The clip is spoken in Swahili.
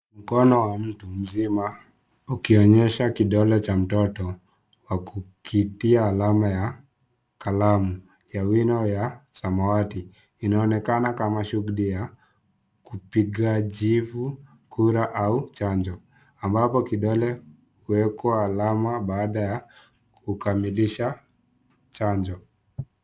Mkono wa mtu mzima ukionyesha kidole cha mtoto kwa kukitia alama ya kalamu ya wino wa samawati. Inaonekana kama shughuli ya upigaji kura au chanjo ambapo kidole huwekwa alama baada ya kukamilisha chanjo.